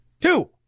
two